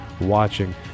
watching